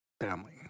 family